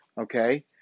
Okay